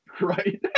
Right